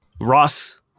Ross